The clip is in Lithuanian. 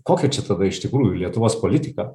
kokia čia tada iš tikrųjų lietuvos politika